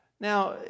Now